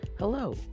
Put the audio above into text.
Hello